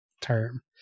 term